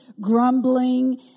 grumbling